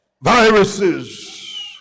Viruses